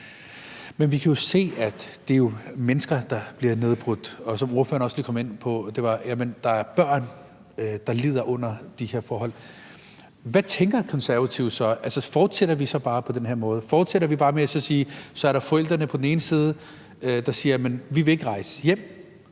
men vi kan jo se, at der er mennesker, der bliver nedbrudt. Og som ordføreren også lige kom ind på, er der børn, der lider under de her forhold. Hvad tænker Konservative så? Altså, fortsætter vi så bare på den her måde? Fortsætter vi så bare med at sige, at der er forældrene på den ene side, der siger, at de ikke vil rejse hjem,